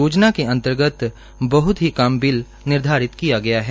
योजना के अंतगर्त बहृत ही कम बिल निर्धारित किया गया है